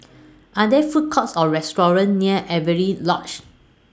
Are There Food Courts Or restaurants near Avery Lodge